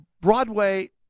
Broadway